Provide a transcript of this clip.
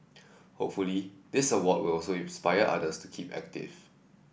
hopefully this award will also inspire others to keep active